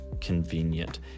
convenient